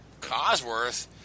Cosworth